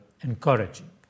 encouraging